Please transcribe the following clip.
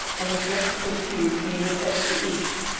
and a flexible tube being attached to each.